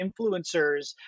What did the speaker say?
Influencers